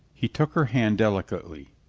he took her hand delicately.